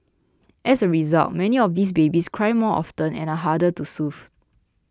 as a result many of these babies cry more often and are harder to soothe